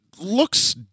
looks